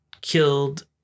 killed